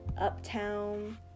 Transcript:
uptown